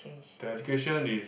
the education is